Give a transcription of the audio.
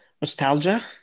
nostalgia